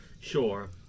Sure